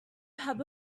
have